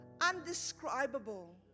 undescribable